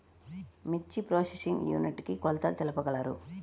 మిర్చి processing unit కి కొలతలు తెలుపగలరు?